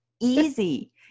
easy